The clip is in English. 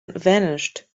vanished